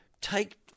take